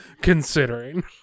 considering